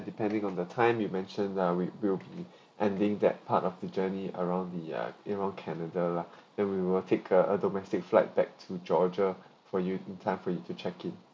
depending on the time you mentioned uh we will be ending that part of the journey around the uh you know canada lah then we will take uh a domestic flight back to georgia for you in time for you to check it